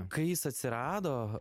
kai jis atsirado